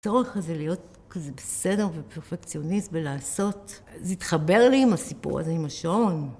הצורך הזה להיות כזה בסדר ופרפקציוניסט בלעשות זה התחבר לי עם הסיפור הזה עם השעון.